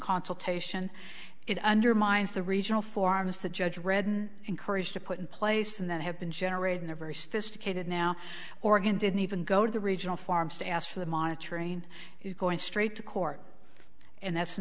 consultation it undermines the regional form of the judge read been encouraged to put in place and that have been generated in a very sophisticated now oregon didn't even go to the regional farms to ask for the monitoring is going straight to court and that's an